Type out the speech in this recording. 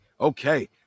okay